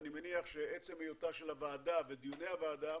אני מניח שעצם היותה של הוועדה ודיוני הוועדה